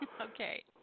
Okay